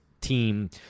team